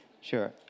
Sure